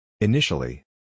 Initially